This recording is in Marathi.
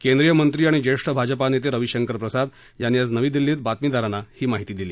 केंद्रीय मंत्री आणि ज्येष्ठ भाजपा नेते रवीशंकर प्रसाद यांनी आज नवी दिल्ली क्विं बातमीदारांना ही माहिती दिली